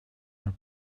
her